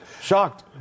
Shocked